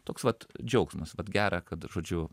toks vat džiaugsmas vat gera kad žodžiu